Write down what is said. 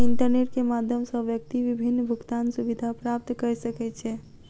internet के माध्यम सॅ व्यक्ति विभिन्न भुगतान सुविधा प्राप्त कय सकै छै